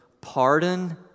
pardon